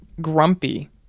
grumpy